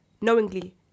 knowingly